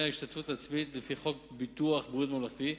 השתתפות עצמית לפי חוק ביטוח בריאות ממלכתי,